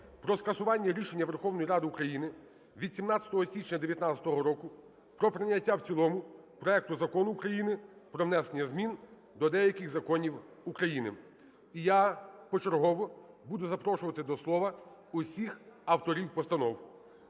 про скасування рішення Верховної Ради України від 17 січня 19-го року про прийняття в цілому проекту Закону України про внесення змін до деяких законів України. І я почергово буду запрошувати до слова усіх авторів постанов.